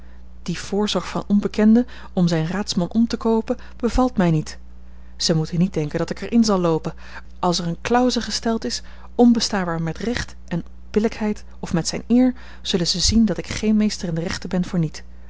die voorzorg van onbekenden om zijn raadsman om te koopen bevalt mij niet zij moeten niet denken dat ik er in zal loopen als er eene clause gesteld is onbestaanbaar met recht en billijkheid of met zijne eer zullen zij zien dat ik geen meester in de rechten ben voor niet